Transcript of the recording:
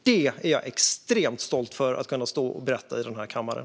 Det är jag extremt stolt över att kunna berätta i den här kammaren.